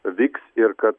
vyks ir kad